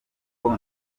kuko